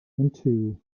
into